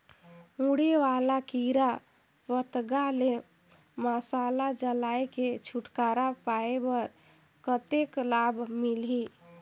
उड़े वाला कीरा पतंगा ले मशाल जलाय के छुटकारा पाय बर कतेक लाभ मिलही?